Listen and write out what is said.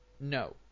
No